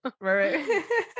Right